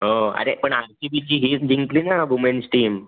हो अरे पण आर सी बीची ही जिंकली ना वुमेन्स टीम